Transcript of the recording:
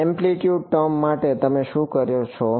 amplitude term માટે તમે શું કરો છો